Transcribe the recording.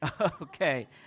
Okay